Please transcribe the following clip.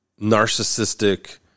narcissistic